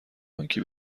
بانکی